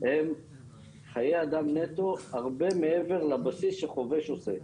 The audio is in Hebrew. הם חיי אדם נטו, הרבה מעבר לבסיס שחובש עושה.